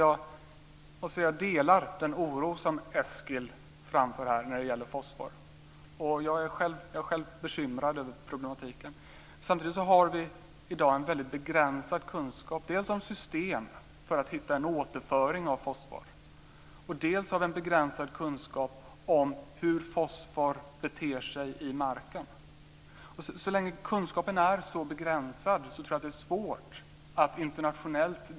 Jag delar den oro som han framför här när det gäller fosfor och jag är själv bekymrad över problematiken. Samtidigt har vi i dag en begränsad kunskap dels om system för att hitta en återföring av fosfor, dels om hur fosfor beter sig i marken.